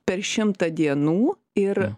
per šimtą dienų ir